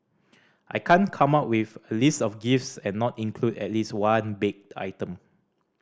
I can't come up with a list of gifts and not include at least one baked item